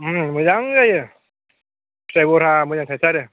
मोजां जायो फिथाइ बहरा मोजां थाइथारो